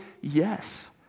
Yes